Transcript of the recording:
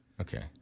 Okay